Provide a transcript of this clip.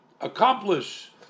accomplish